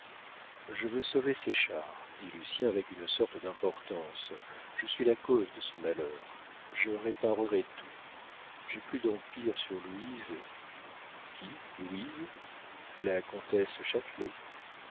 je veux sauver séchard dit lucien avec une sorte d'importance je suis la cause de son malheur je réparerai tout j'ai plus d'empire sur louise qui louise la comtesse châtelet